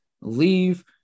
leave